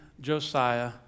Josiah